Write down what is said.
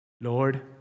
Lord